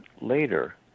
later